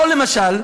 או למשל,